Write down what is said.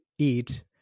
eat